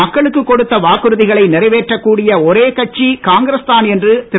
மக்களுக்குக் கொடுத்த வாக்குறுதிகளை நிறைவேற்றக் கூடிய ஒரே கட்சி காங்கிரஸ்தான் என்று திரு